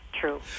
true